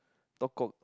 talk cock